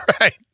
right